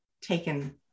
taken